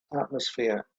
atmosphere